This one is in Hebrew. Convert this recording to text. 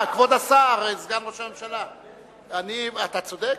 כבוד השר, סגן ראש הממשלה, אתה צודק.